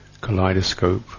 kaleidoscope